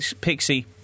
Pixie